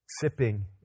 sipping